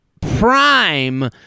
prime